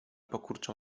pokurczą